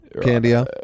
Candia